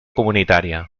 comunitària